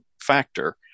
factor